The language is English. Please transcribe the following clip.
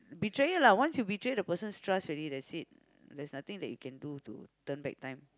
betrayal lah once you betray the person's trust already that's it there's nothing that you can do to turn back time